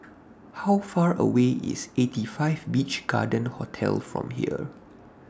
How Far away IS eighty five Beach Garden Hotel from here